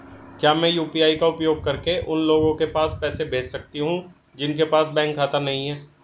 क्या मैं यू.पी.आई का उपयोग करके उन लोगों के पास पैसे भेज सकती हूँ जिनके पास बैंक खाता नहीं है?